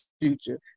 future